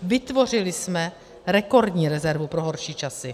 Vytvořili jsme rekordní rezervu pro horší časy.